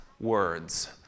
words